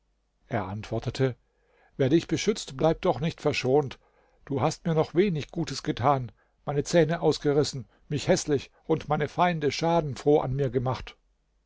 er antwortete wer dich beschützt bleibt doch nicht verschont du hast mir noch wenig gutes getan meine zähne ausgerissen mich häßlich und meine feinde schadenfroh an mir gemacht